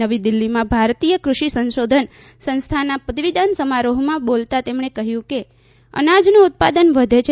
નવીદિલ્હીમાં ભારતીય ક્રષિસંશોધન સંસ્થાના પદવીદાન સમારોહમાં બોલતાં તેમણે કહ્યુંકે અનાજનું ઉત્પાદન વધે છે